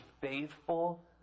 faithful